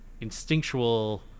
instinctual